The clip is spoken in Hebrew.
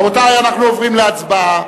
רבותי, אנחנו עוברים להצבעה.